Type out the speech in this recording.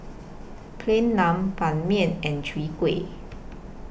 Plain Naan Ban Mian and Chwee Kueh